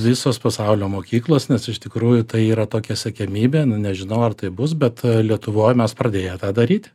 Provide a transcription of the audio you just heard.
visos pasaulio mokyklos nes iš tikrųjų tai yra tokia siekiamybė nu nežinau ar tai bus bet lietuvoj mes pradėję tą daryti